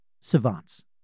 Savants